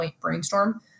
brainstorm